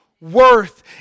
worth